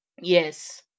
Yes